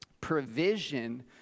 provision